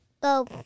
go